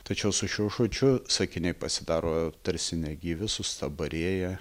tačiau su šiuo žodžiu sakiniai pasidaro tarsi negyvi sustabarėję